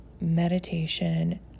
meditation